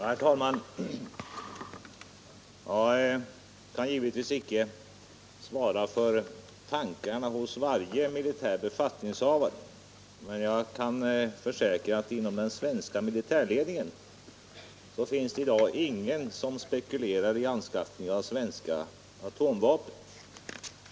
Herr talman! Jag kan givetvis icke svara för tankarna hos varje militär befattningshavare, men jag kan försäkra att inom den svenska militärledningen finns det i dag ingen som spekulerar i anskaffning av svenska atomvapen.